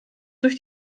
durch